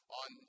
on